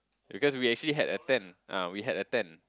because we actually had a tent ah we had a tent